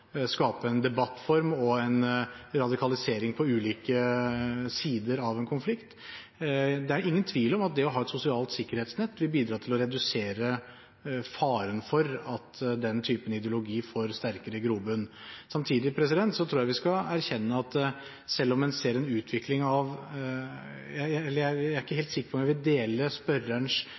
skape en debattform og en radikalisering på ulike sider av en konflikt. Det er ingen tvil om at det å ha et sosialt sikkerhetsnett vil bidra til å redusere faren for at den typen ideologi får sterkere grobunn. Samtidig er jeg ikke helt sikker på om jeg vil dele spørsmålsstillerens utgangspunkt om at forskjellene i Norge er i ferd med å øke så voldsomt. Vi er